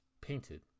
painted